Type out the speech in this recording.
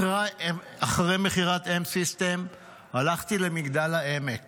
אחרי מכירת אם-סיסטמס הלכתי למגדל העמק